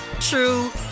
true